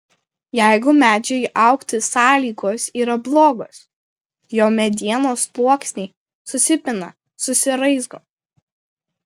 jeigu medžiui augti sąlygos yra blogos jo medienos sluoksniai susipina susiraizgo